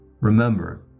remember